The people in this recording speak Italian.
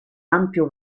ampio